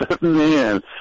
man